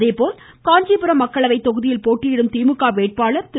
அதேபோல் காஞ்சிபுரம் மக்களவை தொகுதியில் போட்டியிடும் திமுக வேட்பாளர் திரு